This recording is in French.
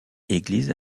église